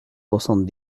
soixante